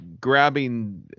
grabbing